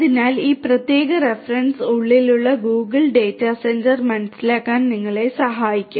അതിനാൽ ഈ പ്രത്യേക റഫറൻസ് ഉള്ളിലുള്ള ഗൂഗിൾ ഡാറ്റ സെന്റർ മനസ്സിലാക്കാൻ നിങ്ങളെ സഹായിക്കും